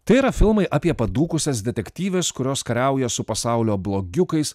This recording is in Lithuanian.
tai yra filmai apie padūkusias detektyves kurios kariauja su pasaulio blogiukais